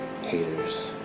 haters